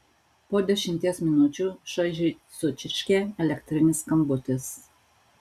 po dešimties minučių šaižiai sučirškė elektrinis skambutis